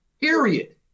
period